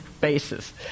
basis